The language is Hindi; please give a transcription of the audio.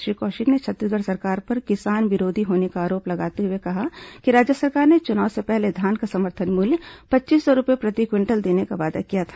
श्री कौशिक ने छत्तीसगढ़ सरकार पर किसान विरोधी होने का आरोप लगाते हुए कहा कि राज्य सरकार ने चुनाव से पहले धान का समर्थन मूल्य पच्चीस सौ रूपये प्रति क्विंटल देने का वादा किया था